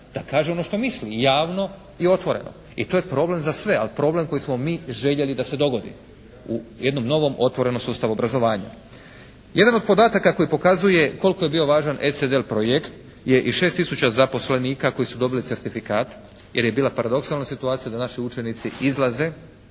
da kažu ono što misle javno i otvoreno i to je problem za sve, ali problem koji smo mi željeli da se dogodi u jednom novom otvorenom sustavu obrazovanja. Jedan od podataka koji pokazuje koliko je bio važan LCD projekt je i 6 tisuća zaposlenika koji su dobili certifikate jer je bila paradoksalna situacija da naši učenici izlaze